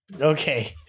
Okay